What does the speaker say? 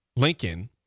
Lincoln